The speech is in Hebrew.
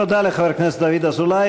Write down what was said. תודה לחבר הכנסת דוד אזולאי.